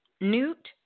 Newt